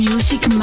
Music